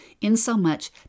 insomuch